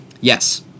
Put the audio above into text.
Yes